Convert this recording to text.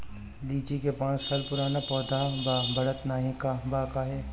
लीची क पांच साल पुराना पौधा बा बढ़त नाहीं बा काहे?